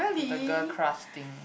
the the girl crush thing